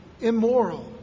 immoral